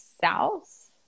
south